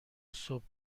صبح